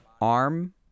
arm